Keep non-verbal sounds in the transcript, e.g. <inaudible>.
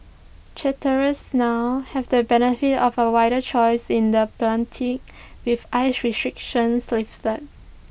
charterers now have the benefit of A wider choice in the <unintelligible> with ice restrictions lifted